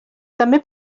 també